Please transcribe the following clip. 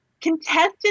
Contested